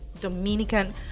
Dominican